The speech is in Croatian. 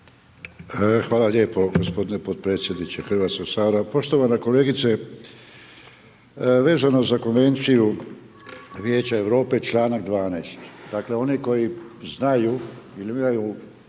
Hvala lijepo gospodine potpredsjedniče Hrvatskog sabora. Poštovana kolegice, vezano za konvenciju Vijeća Europe čl. 12. Dakle onaj koji znaju ili imaju